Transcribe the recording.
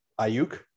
Ayuk